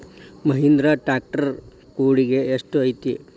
Mahindra tractor ಕೊಡುಗೆ ಎಷ್ಟು ಐತಿ?